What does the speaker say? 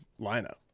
lineup